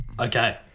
Okay